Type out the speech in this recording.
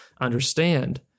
understand